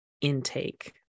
intake